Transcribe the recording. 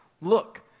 Look